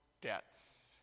debts